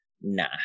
Nah